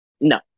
No